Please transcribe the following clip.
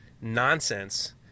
nonsense